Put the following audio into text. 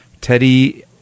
Teddy